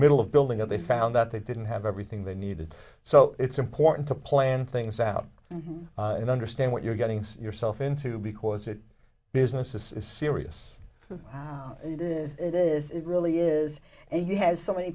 middle of building and they found that they didn't have everything they needed so it's important to plan things out and understand what you're getting yourself into because it business is serious it is it is it really is and he has so many